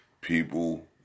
People